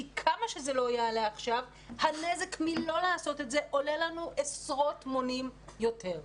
כי כמה שזה לא יעלה עכשיו הנזק מלא לעשות את עולה לנו עשרות מונים יותר.